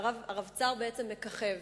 הרבצ"ר מככב.